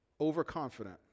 overconfident